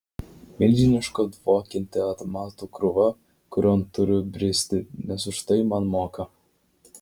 milžiniška dvokianti atmatų krūva kurion turiu bristi nes už tai man moka